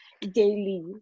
daily